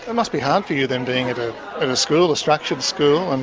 ah must be hard for you, then, being at a and school, a structured school, and